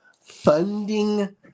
funding